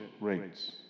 rates